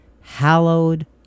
hallowed